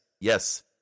yes